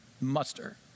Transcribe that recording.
Muster